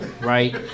right